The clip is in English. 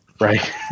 Right